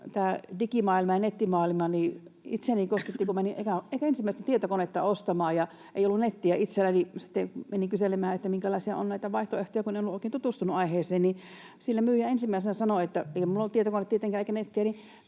Itseäni se kosketti, kun menin ensimmäistä tietokonetta ostamaan. Itselläni ei ollut nettiä, ja sitten menin kyselemään, että minkälaisia on näitä vaihtoehtoja, kun en ollut oikein tutustunut aiheeseen. Siellä myyjä ensimmäisenä sanoi — ei minulla ollut tietokonetta tietenkään eikä nettiä